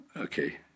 Okay